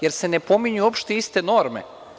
Jer se ne pominju uopšte iste norme.